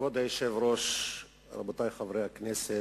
כבוד היושב-ראש, רבותי חברי הכנסת,